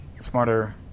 Smarter